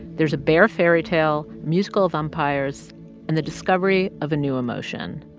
there's a bear fairytale, musical vampires and the discovery of a new emotion.